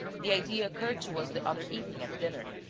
the idea occurred to us the other evening, at dinner.